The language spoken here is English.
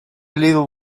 little